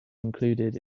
included